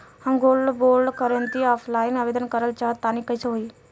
हम gold bond करंति offline आवेदन करल चाह तनि कइसे होई?